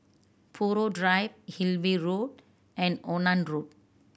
Buroh Drive Hillview Road and Onan Road